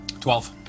Twelve